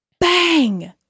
bang